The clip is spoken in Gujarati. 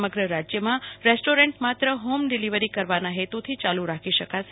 સમગ્ર રાજ્યમાં રેસ્ટોરન્ટ માત્ર હોમ ડીલીવરી કરવાના હેતુથી યાલુ રાખી શકાશે